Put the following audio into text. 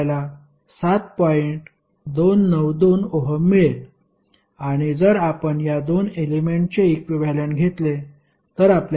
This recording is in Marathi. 292 ओहम मिळेल आणि जर आपण या 2 एलेमेंट्सचे इक्विव्हॅलेंट घेतले तर आपल्याला 10